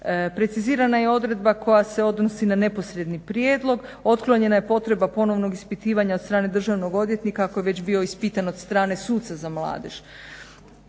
Precizirana je odredba koja se odnosi na neposredni prijedlog, otklonjena je potreba ponovnog ispitivanja od strane državnog odvjetnika ako je već bio ispitan od strane suca za mladež.